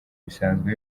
bisanzwe